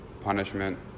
punishment